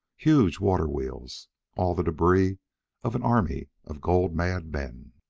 huge water-wheels all the debris of an army of gold-mad men.